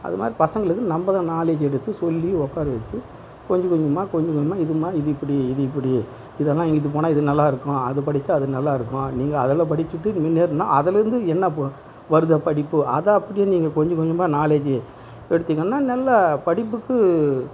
அது மாதிரி பசங்களுக்கு நம்ம தான் நாலேஜி எடுத்து சொல்லி உக்கார வச்சு கொஞ்சம் கொஞ்சமா கொஞ்சோம் கொஞ்சமாக இதுமா இப்படி இது இப்படி இதெல்லாம் இது போனால் இது நல்லா இருக்கும் அது படித்தா நல்லா அது நல்லா இருக்கும் நீங்கள் அதல் படித்துட்டு முன்னேறினால் அதுலேருந்து என்ன வருது படிப்பு அதை அப்படியே நீங்கள் கொஞ்சம் கொஞ்சமாக நாலேஜி எடுத்திங்கன்னா நல்ல படிப்புக்கு